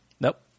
Nope